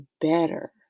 better